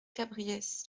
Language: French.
cabriès